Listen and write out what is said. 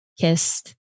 kissed